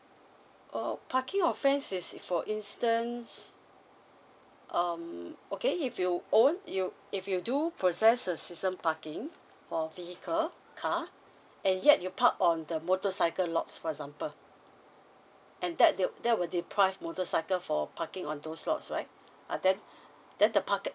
oh parking offence is for instance um okay if you own you if you do possess a season parking for vehicle car and yet you parked on the motorcycle lots for example and that that would deprive motorcycle for parking on those slots right and then then the parking